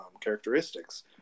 characteristics